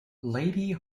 lady